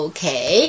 Okay